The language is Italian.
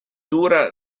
dura